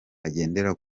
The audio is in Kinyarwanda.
agendera